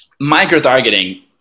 Micro-targeting